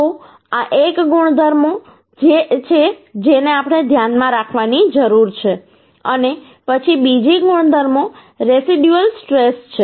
તો આ એક ગુણધર્મો છે જેને આપણે ધ્યાનમાં રાખવાની છે અને પછી બીજી ગુણધર્મો રેસિડયુઅલ સ્ટ્રેશ છે